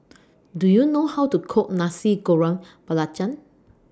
Do YOU know How to Cook Nasi Goreng Belacan